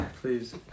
Please